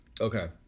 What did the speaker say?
Okay